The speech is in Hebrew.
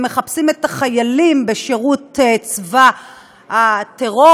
מחפשים את החיילים בשירות צבא הטרור,